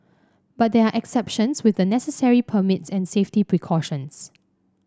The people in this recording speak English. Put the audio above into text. but there are exceptions with the necessary permits and safety precautions